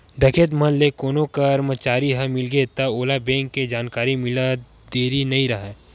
डकैत मन ले कोनो करमचारी ह मिलगे त ओला बेंक के जानकारी मिलत देरी नइ राहय